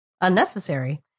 unnecessary